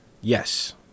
Yes